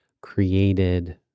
created